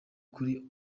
kuri